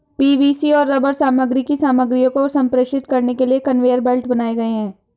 PVC और rubber सामग्री की सामग्रियों को संप्रेषित करने के लिए कन्वेयर बेल्ट बनाए गए हैं